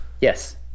Yes